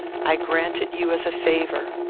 i grant it you as a favour.